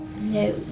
No